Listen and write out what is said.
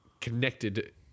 connected